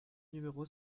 numéro